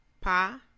Pa